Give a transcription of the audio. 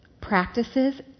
practices